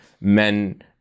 Men